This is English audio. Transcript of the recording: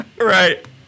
Right